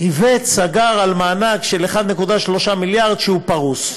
שאיווט סגר על מענק של 1.3 מיליארד, שהוא פרוס.